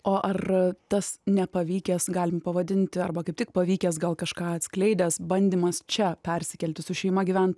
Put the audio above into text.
o ar tas nepavykęs galim pavadinti arba kaip tik pavykęs gal kažką atskleidęs bandymas čia persikelti su šeima gyvent